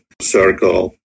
circle